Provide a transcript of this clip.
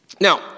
Now